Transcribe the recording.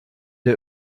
der